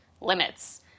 limits